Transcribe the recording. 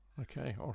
okay